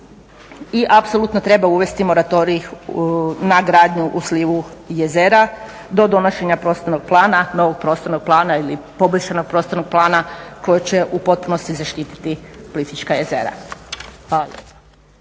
i apsolutno treba uvesti moratorij na gradnju u slivu jezera do donošenja prostornog plana, novog prostornog plana ili poboljšanog prostornog plana koji će u potpunosti zaštiti Plitvička jezera. Hvala